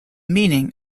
meaning